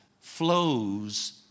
flows